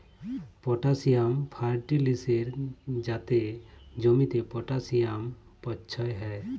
potassium ফার্টিলিসের যাতে জমিতে পটাসিয়াম পচ্ছয় হ্যয়